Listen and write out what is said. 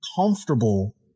comfortable